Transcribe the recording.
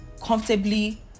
comfortably